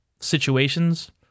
situations